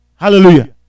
Hallelujah